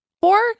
Four